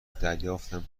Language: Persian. دریافتم